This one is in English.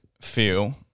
feel